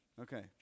Okay